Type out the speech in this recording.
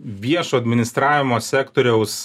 viešo administravimo sektoriaus